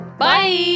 Bye